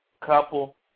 couple